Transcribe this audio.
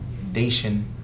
foundation